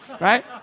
right